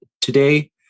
Today